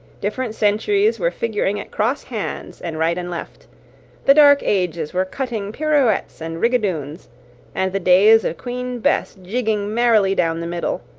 different centuries were figuring at cross hands and right and left the dark ages were cutting pirouettes and rigadoons and the days of queen bess jigging merrily down the middle,